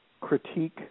critique